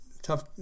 Tough